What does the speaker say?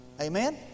Amen